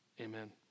Amen